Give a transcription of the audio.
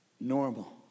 normal